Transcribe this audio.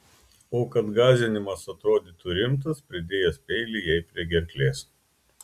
o kad gąsdinimas atrodytų rimtas pridėjęs peilį jai prie gerklės